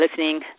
listening